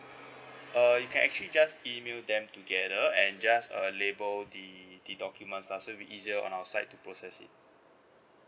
uh you can actually just email them together and just uh label the the documents lah so it'll be easier for our side to process it